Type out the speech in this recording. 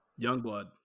youngblood